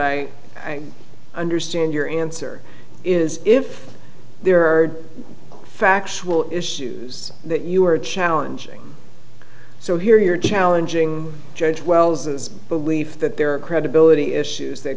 i understand your answer is if there are factual issues that you are challenging so here you're challenging judge wells's belief that there are credibility issues that